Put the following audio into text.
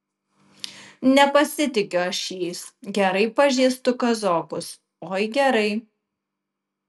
nepasitikiu aš jais gerai pažįstu kazokus oi gerai